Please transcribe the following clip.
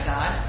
God